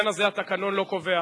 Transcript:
בעניין הזה התקנון לא קובע,